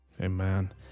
Amen